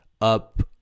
up